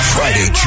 Friday